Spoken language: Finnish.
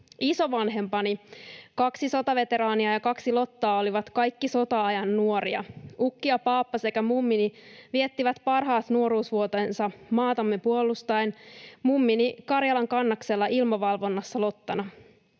Isovanhempani, kaksi sotaveteraania ja kaksi lottaa, olivat kaikki sota-ajan nuoria. Ukki ja paappa sekä mummini viettivät parhaat nuoruusvuotensa maatamme puolustaen, mummini Karjalankannaksella ilmavalvonnassa lottana.